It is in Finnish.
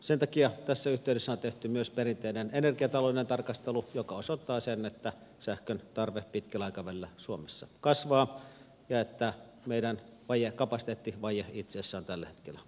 sen takia tässä yhteydessä on tehty myös perinteinen energiataloudellinen tarkastelu joka osoittaa sen että sähkön tarve pitkällä aikavälillä suomessa kasvaa ja että meidän kapasiteettivaje itse asiassa on tällä hetkellä varsin suuri